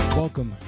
welcome